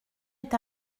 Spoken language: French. est